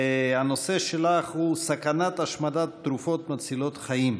הנושא שלך: סכנת השמדת תרופות מצילות חיים.